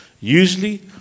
Usually